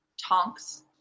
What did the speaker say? Tonks